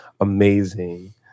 amazing